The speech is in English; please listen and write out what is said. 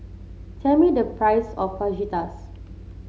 tell me the price of Fajitas